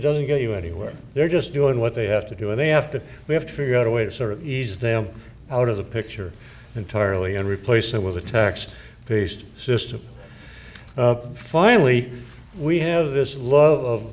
doesn't get you anywhere they're just doing what they have to do and they have to we have to figure out a way to sort of ease them out of the picture entirely and replace it with a text based system finally we have this love